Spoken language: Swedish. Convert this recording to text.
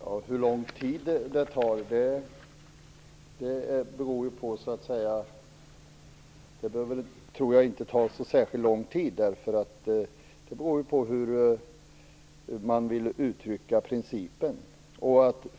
Herr talman! Hur lång tid det tar, det beror ju på. Det behöver väl inte ta så särskilt lång tid. Det beror på hur man vill uttrycka principen.